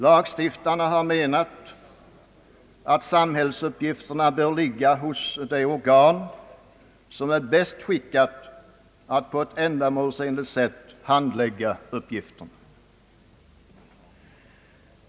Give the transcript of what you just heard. Lagstiftarna har menat att samhällsuppgifterna bör ligga hos det organ som är bäst skickat att på ett ändamålsenligt sätt handlägga uppgifterna.